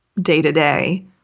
day-to-day